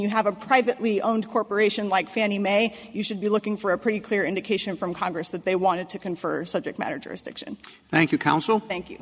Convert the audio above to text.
you have a privately owned corporation like fannie mae you should be looking for a pretty clear indication from congress that they wanted to confer subject matter jurisdiction thank you counsel thank you